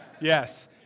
Yes